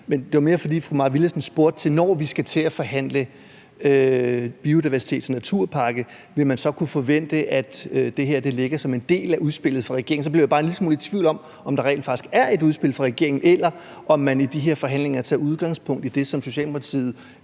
Men det var mere, fordi fru Mai Villadsen spurgte til, om vi, når vi skal til at forhandle biodiversitets- og naturpakke, vil kunne forvente, at det her ligger som en del af udspillet fra regeringen. Så blev jeg bare en lille smule i tvivl om, om der rent faktisk er et udspil fra regeringen, eller om man i de her forhandlinger tager udgangspunkt i det, som Socialdemokratiet